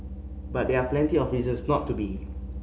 but there are plenty of reasons not to be